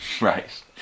Right